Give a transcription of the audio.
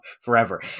forever